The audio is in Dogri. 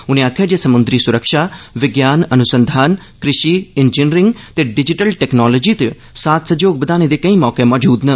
उनें आक्खेआ जे समुद्री सुरक्षा विज्ञान अनुसंधान कृषि इंजिनियरिंग ते डिजिटल टैक्नालोजी च साथ सैहयोग बघाने दे केंई मौके मजूद न